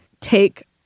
take